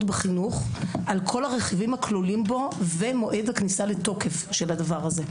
בחינוך על כל הרכיבים הכלולים בו ומועד הכניסה לתוקף של הדבר הזה.